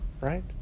right